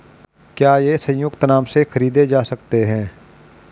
क्या ये संयुक्त नाम से खरीदे जा सकते हैं?